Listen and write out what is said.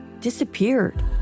disappeared